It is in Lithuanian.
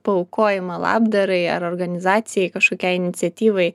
paaukojamą labdarai ar organizacijai kažkokiai iniciatyvai